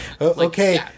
Okay